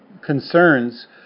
concerns